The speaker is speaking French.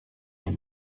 est